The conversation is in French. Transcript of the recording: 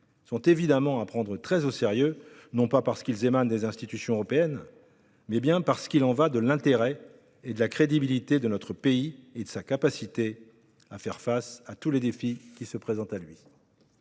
sont évidemment à prendre très au sérieux, non pas parce qu'ils émanent des institutions européennes, mais parce qu'il y va de l'intérêt et de la crédibilité de notre pays et de sa capacité à faire face à tous les défis qui se présentent à lui.